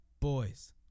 Boys